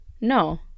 no